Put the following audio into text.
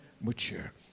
mature